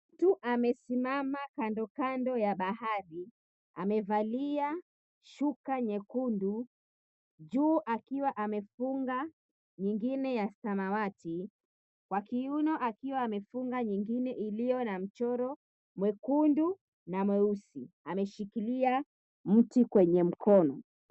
Mtu amesimama kandokando ya bahari amevalia shuka nyekundu juu akiwa amefunga nyingine ya samawati, kwa kiuno akiwa amefunga ingine iliyo na mchoro mwekundu na mweusi. Ameshikilia mti kwenye mkono.